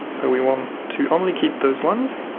but we want to only keep those ones.